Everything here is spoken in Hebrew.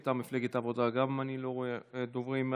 גם מטעם מפלגת העבודה אני לא רואה דוברים.